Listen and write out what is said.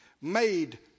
made